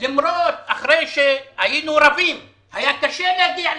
אחרי שהיינו רבים והיה קשה להגיע לסיכומים,